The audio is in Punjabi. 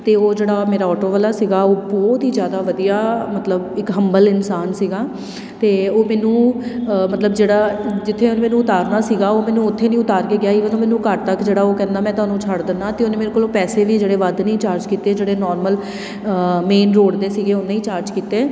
ਅਤੇ ਉਹ ਜਿਹੜਾ ਮੇਰਾ ਅੋਟੋ ਵਾਲਾ ਸੀਗਾ ਉਹ ਬਹੁਤ ਹੀ ਜ਼ਿਆਦਾ ਵਧੀਆ ਮਤਲਬ ਇੱਕ ਹੰਬਲ ਇਨਸਾਨ ਸੀਗਾ ਅਤੇ ਉਹ ਮੈਨੂੰ ਮਤਲਬ ਜਿਹੜਾ ਜਿੱਥੇ ਉਹਨੇ ਮੈਨੂੰ ਉਤਾਰਨਾ ਸੀਗਾ ਉਹ ਮੈਨੂੰ ਉੱਥੇ ਨਹੀਂ ਉਤਾਰ ਕੇ ਗਿਆ ਈਵਨ ਉਹ ਮੈਨੂੰ ਘਰ ਤੱਕ ਜਿਹੜਾ ਉਹ ਕਹਿੰਦਾ ਮੈਂ ਤੁਹਾਨੂੰ ਛੱਡ ਦਿੰਦਾ ਅਤੇ ਉਹਨੇ ਮੇਰੇ ਕੋਲ ਪੈਸੇ ਵੀ ਜਿਹੜੇ ਵੱਧ ਨਹੀਂ ਚਾਰਜ ਕੀਤੇ ਜਿਹੜੇ ਨੋਰਮਲ ਮੇਨ ਰੋਡ ਦੇ ਸੀਗੇ ਉਨੇ ਹੀ ਚਾਰਜ ਕੀਤੇ